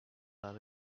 are